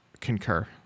concur